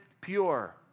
pure